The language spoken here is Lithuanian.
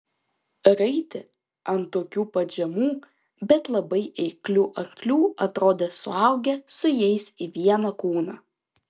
raiti ant tokių pat žemų bet labai eiklių arklių atrodė suaugę su jais į vieną kūną